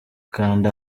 kanda